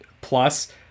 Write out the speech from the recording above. plus